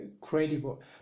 credible